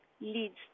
leads